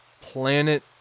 planet